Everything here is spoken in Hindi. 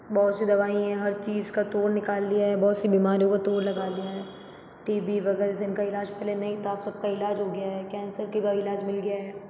बहुत सी दवाई हैं हर चीज़ का तोड़ निकाल लिया है बहुत सी बीमारियों का तोड़ लगा लिया है टी बी वगैरह जिनका इलाज पहले नहीं था अब सबका इलाज हो गया है कैंसर का इलाज मिल गया है